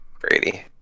Brady